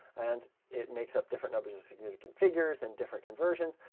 and it makes up different numbers of significant figures and different conversions,